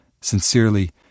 Sincerely